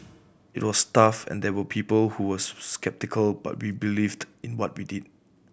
it was tough and there were people who was sceptical but we believed in what we did